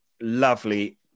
lovely